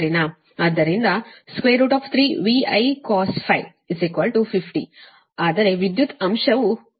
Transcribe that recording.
ಆದ್ದರಿಂದ 3 V Icosφ50 ಆದರೆ ವಿದ್ಯುತ್ ಅಂಶವು 0